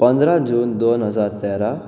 पंदरा जून दोन हजार तेरा